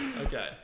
Okay